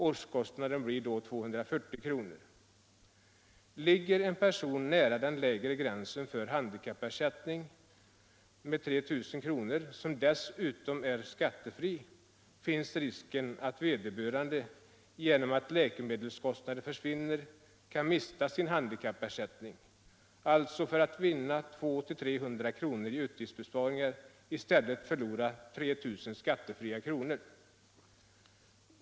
Årskostnaden blir då 240 kr. Ligger en person nära den lägre gränsen för handikappersättning med 3 000 kr. — som dessutom är skattefri — finns risken att vederbörande, genom att läkemedelskostnaderna försvinner, kan mista sin handikappersättning, alltså i stället för att vinna 200-300 kr. i utgiftsbesparingar förlorar 3 000 skattefria kronor.